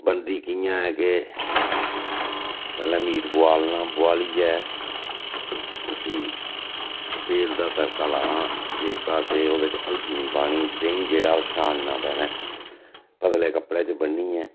बनदी कियां ऐ के पैह्लें मीट बुआलना बुआलियै उसी तेल दा तड़का लाना जेह्का के ओह्दे च हल्दी नी पानी देहीं जेह्ड़ा ओह् छानना पैह्लें पतलै कपड़े च बन्नियै